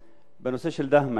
בנושא של דהמש.